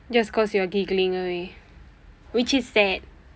just cause you are giggling away which is sad